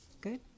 Good